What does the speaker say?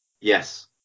Yes